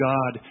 God